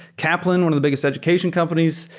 kaplan of the biggest education companies,